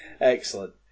excellent